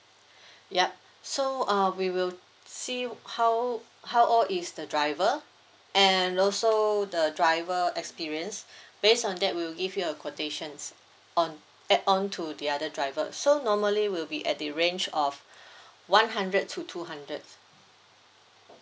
yup so uh we will see how how old is the driver and also the driver experience based on that we'll give you a quotations on add on to the other driver so normally will be at the range of one hundred to two hundred